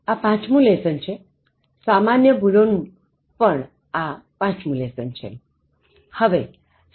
આ પાંચમું લેસન છેસામાન્ય ભૂલો નું પણ આ પાંચમુ લેસન છે